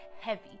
heavy